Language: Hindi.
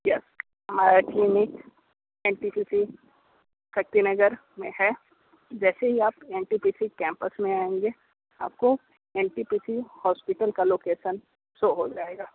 यस हमारा clinic N T P C Shakti Nagar में है जैसे ही आप N T P C campus में आएंगे आपको N T P C hospital का लोकेसन सो हो जाएगा